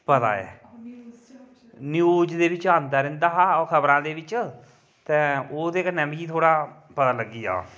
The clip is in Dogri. पता ऐ न्यूज़ दे बिच आंदा रैंह्दा हा ओह् खबरां दे बिच ते ओह्दे कन्नै मिगी थोह्ड़ा पता लग्गी आ